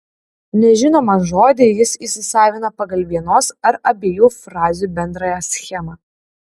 nežinomą žodį jis įsisavina pagal vienos ar abiejų frazių bendrąją schemą